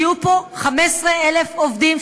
שיהיו פה 15,000 עובדים,